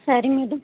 சரி மேடம்